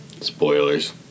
Spoilers